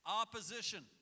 Opposition